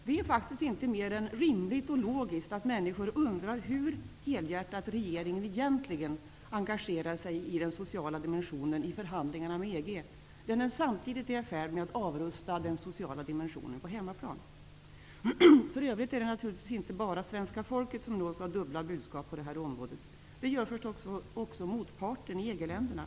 Det är faktiskt inte mer än rimligt och logiskt att människor undrar hur helhjärtat regeringen egentligen engagerar sig i den sociala dimensionen i förhandlingarna med EG, när den samtidigt är i färd med att avrusta den sociala dimension på hemmaplan. För övrigt är det inte bara svenska folket som nås av dubbla budskap på detta område. Det gör förstås också motparten i EG-länderna.